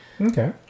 Okay